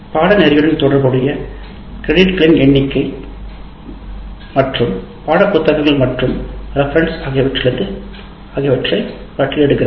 பாடநெறியுடன் தொடர்புடைய கிரெடிட் களின் எண்ணிக்கை மற்றும் பாட புத்தகங்கள் மற்றும் ரெஃபரன்ஸ் ஆகியவற்றை பட்டியலிடுகிறார்கள்